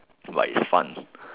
but it's fun